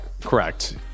Correct